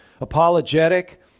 apologetic